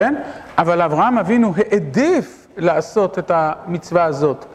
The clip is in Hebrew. אבל אברהם אבינו העדיף לעשות את המצווה הזאת.